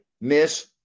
miss